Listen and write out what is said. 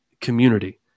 community